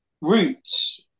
roots